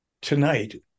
tonight